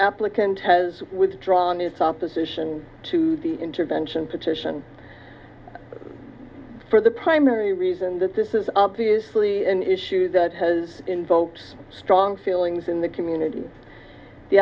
applicant has withdrawn its opposition to the intervention petition for the primary reason that this is obviously an issue that has invoked strong feelings in the community the